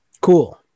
Cool